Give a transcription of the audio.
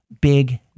Big